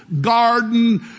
garden